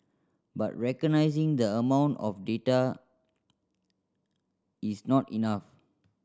but recognising the amount of data is not enough